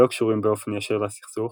שלא קשורים באופן ישיר לסכסוך,